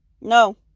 No